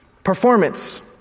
Performance